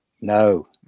No